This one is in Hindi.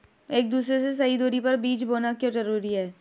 एक दूसरे से सही दूरी पर बीज बोना क्यों जरूरी है?